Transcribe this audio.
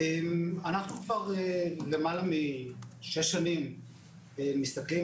אנחנו כבר למעלה משש שנים מסתכלים